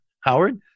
Howard